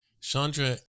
Chandra